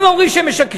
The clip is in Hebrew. אם אומרים שמשקרים,